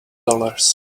dollars